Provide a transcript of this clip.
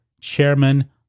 chairman